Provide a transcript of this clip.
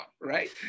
right